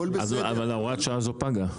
אבל הוראת השעה הזו פגה.